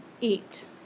eat